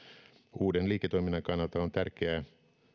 uuden liiketoiminnan kannalta on tärkeää